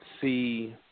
see